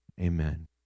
Amen